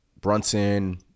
Brunson